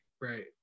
right